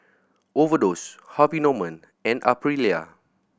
Overdose Harvey Norman and Aprilia